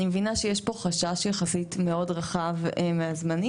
אני מבינה שיש פה חשש יחסית רחב מהזמנים